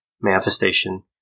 manifestation